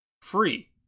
free